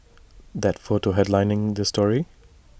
that photo headlining this story